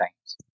times